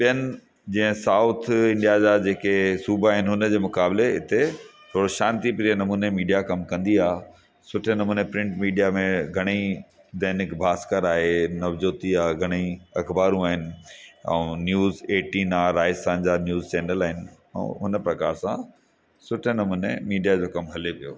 ॿियनि जे south India जा जेके सुबा आहिनि उनजे मुकाबिले हिते थोरो शांती प्रिय नमूने मीडिया कमु कंदी आहे सुठे नमूने प्रिंट मीडिया में घणेई दैनिक भास्कर आहे नवजोति आहे घणेई अखबारू आहिनि ऐं न्यूज़ एटीन आहे राजस्थान जा न्यूज़ चैनल आहिनि ऐं हुन प्रकार सां सुठे नमूने मीडिया जो कमु हलियो